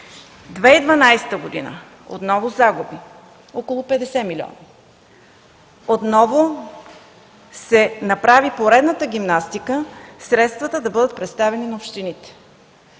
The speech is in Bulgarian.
година – отново загуби, за около 50 млн. лв. Отново се направи поредната гимнастика средствата да бъдат предоставени на общините